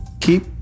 keep